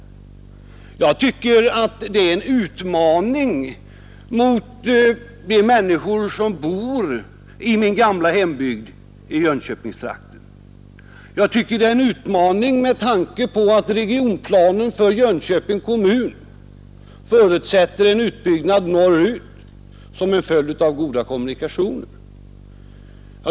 Jag tycker att detta är en utmaning mot de människor, som bor i min gamla hembygd i Jönköpingstrakten. Det är en utmaning med tanke på att regionplanen för Jönköpings kommun förutsätter en utbyggnad norr ut som en följd av goda kommunikationer.